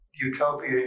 utopia